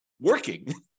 working